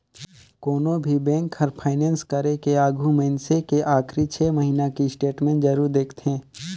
कोनो भी बेंक हर फाइनेस करे के आघू मइनसे के आखरी छे महिना के स्टेटमेंट जरूर देखथें